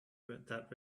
that